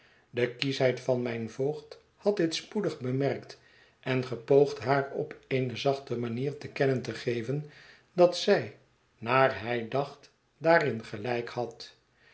de kieschheid van mijn voogd had dit spoedig bemerkt en gepoogd haar op eene zachte manier te kennen te geven dat zij naar hij dacht daarin gelijk had